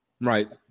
Right